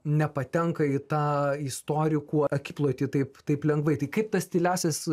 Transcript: nepatenka į tą istorikų akiplotį taip taip lengvai tai kaip tas tyliąsias